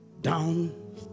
down